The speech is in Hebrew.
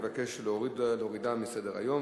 מבקש להורידה מסדר-היום.